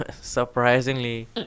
surprisingly